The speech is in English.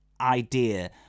idea